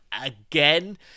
again